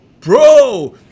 Bro